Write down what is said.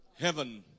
Heaven